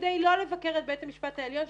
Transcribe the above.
כדי לא לבקר את בית המשפט העליון,